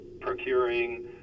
procuring